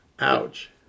Ouch